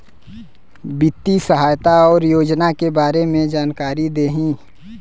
वित्तीय सहायता और योजना के बारे में जानकारी देही?